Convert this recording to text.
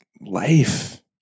life